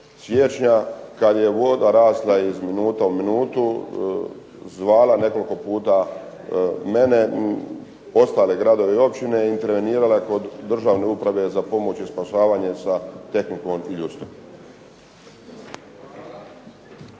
siječnja kada je voda rasla iz minute u minutu zvala nekoliko puta mene, ostale gradove i općine i intervenirala kod Državne uprave za pomoć i spašavanje sa tehnikom i ljudstvom.